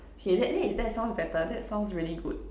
K that !hey! that sounds better that sounds really good